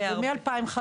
זה מ-2015.